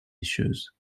issues